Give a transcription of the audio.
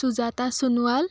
Sujata Sonowal